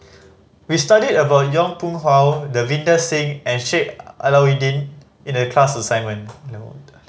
we studied about Yong Pung How Davinder Singh and Sheik Alau'ddin in the class assignment no